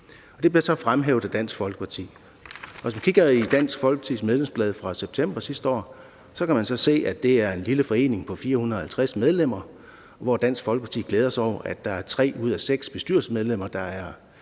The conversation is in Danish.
Det bliver så fremhævet af Dansk Folkeparti. I Dansk Folkepartis medlemsblad fra september sidste år kan man se, at det er en lille forening på 450 medlemmer, hvor Dansk Folkeparti glæder sig over, at der er tre ud af seks bestyrelsesmedlemmer, der er